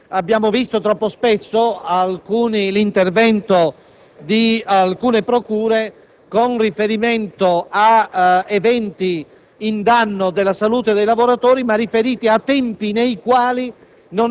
il criterio si ispira tanto alla necessità di avere sempre a riferimento, per fortuna, l'evoluzione della scienza e della tecnica con riferimento